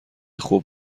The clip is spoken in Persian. خوب